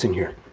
here